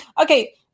okay